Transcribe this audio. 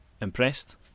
impressed